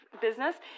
business